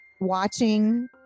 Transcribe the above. watching